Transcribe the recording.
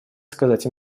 сказать